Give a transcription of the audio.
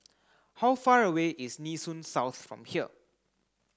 how far away is Nee Soon South from here